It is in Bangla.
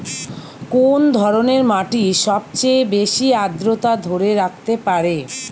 কোন ধরনের মাটি সবচেয়ে বেশি আর্দ্রতা ধরে রাখতে পারে?